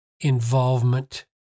involvement